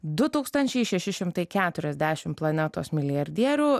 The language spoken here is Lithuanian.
du tūkstančiai šeši šimtai keturiasdešim planetos milijardierių